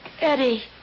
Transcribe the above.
Eddie